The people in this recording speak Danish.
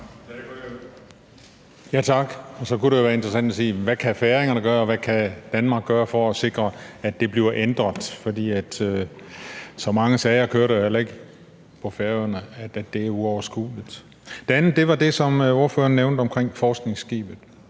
Tak. Så kunne det jo være interessant at høre: Hvad kan færingerne gøre, og hvad kan Danmark gøre for at sikre, at det bliver ændret? For der kører jo heller ikke så mange sager på Færøerne, at det er uoverskueligt. Det andet, ordføreren nævnte, var det omkring forskningsskibet.